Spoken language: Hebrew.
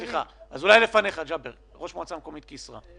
אולי לפני כן ידבר ראש המועצה המקומית כסרא סמיע,